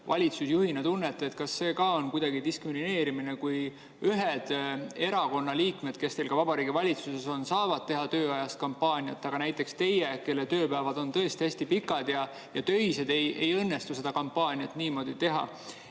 valitsusjuhina tunnete – kas see on ka kuidagi diskrimineerimine, kui ühe erakonna liikmed, kes on teil ka Vabariigi Valitsuses, saavad tööajast kampaaniat teha, aga näiteks teil, kelle tööpäevad on tõesti hästi pikad ja töised, ei õnnestu seda kampaaniat niimoodi teha? Miks